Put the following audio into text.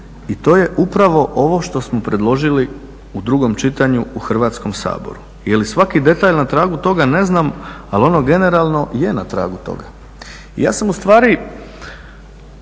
i to je upravo ovo što smo predložili u drugom čitanju u Hrvatskom saboru. Je li svaki detalj na tragu toga ne znam, ali ono generalno je na tragu toga. Ja sam ustvari